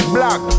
Black